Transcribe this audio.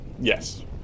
Yes